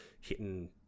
hitting